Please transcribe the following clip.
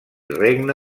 regne